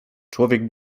człowiek